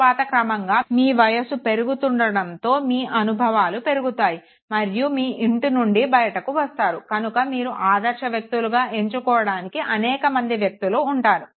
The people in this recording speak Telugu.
తరువాత క్రమంగా మీ వయసు పెరుగుతుండడంతో మీ అనుభవాలు పెరుగుతాయి మీరు మీ ఇంటి నుండి బయటికి వస్తారు కనుక మీరు ఆదర్శ వ్యక్తులుగా ఎంచుకోవడానికి అనేక మంది వ్యక్తులు ఉంటారు